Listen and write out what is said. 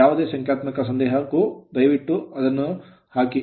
ಯಾವುದೇ ಸಂಖ್ಯಾತ್ಮಕ ಸಂದೇಹಕ್ಕೂ ದಯವಿಟ್ಟು ಅದನ್ನು ಹಾಕಿ